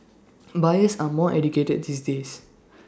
buyers are more educated these days